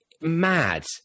mad